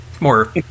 more